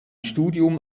studium